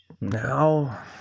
Now